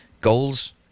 goals